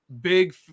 big